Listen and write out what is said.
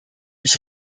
ich